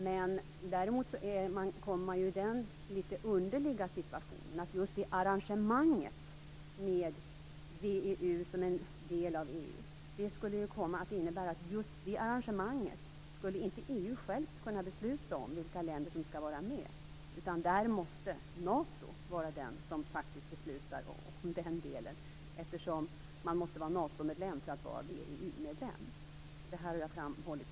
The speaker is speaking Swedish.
Men däremot kommer man att hamna i den litet underliga situationen att just arrangemanget med VEU som en del av EU skulle innebära att EU självt inte skulle kunna besluta om vilka länder som skall vara med. Då måste faktiskt NATO besluta om den delen, eftersom man måste vara NATO-medlem för att vara VEU-medlem. Det här har jag framhållit många gånger.